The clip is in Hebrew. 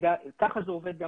ככה זה עובד,